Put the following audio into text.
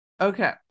okay